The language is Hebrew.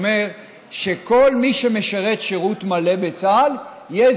שכל מי שמשרת שירות מלא בצה"ל יהיה